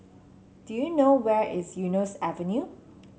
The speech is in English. do you know where is Eunos Avenue